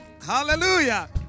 Hallelujah